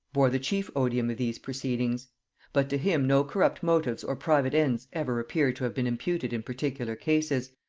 bore the chief odium of these proceedings but to him no corrupt motives or private ends ever appear to have been imputed in particular cases,